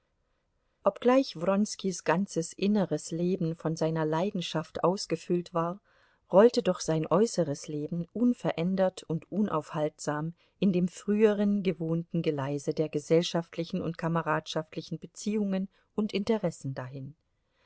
obgleich wronskis ganzes inneres leben von seiner leidenschaft ausgefüllt war rollte doch sein äußeres leben unverändert und unaufhaltsam in dem früheren gewohnten geleise der gesellschaftlichen und kameradschaftlichen beziehungen und interessen dahin